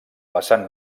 vessant